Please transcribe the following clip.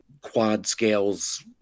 quad-scales